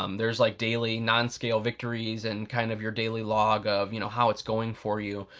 um there's like daily non scale victories and kind of your daily log of you know how it's going for you.